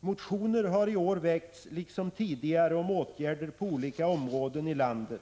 Motioner har väckts i år, liksom tidigare, om åtgärder på olika områden i landet.